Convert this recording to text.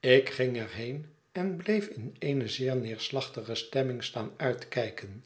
ik ging er heen en bleef in eene zeer neerslachtig stemming staan uitkijken